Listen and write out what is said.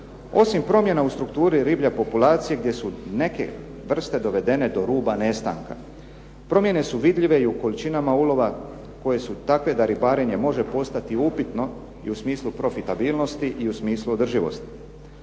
Osim promjena u strukturi riblja populacija gdje su neke vrste dovedene do ruba nestanka. Promjene su vidljive i u količinama ulova koje su takve da ribarenje može postati upitno i u smislu profitabilnosti i u smislu održivosti.